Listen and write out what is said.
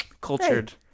cultured